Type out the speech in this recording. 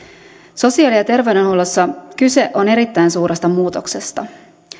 sosiaali ja terveydenhuollossa kyse on erittäin suuresta muutoksesta